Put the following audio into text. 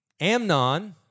Amnon